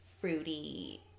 fruity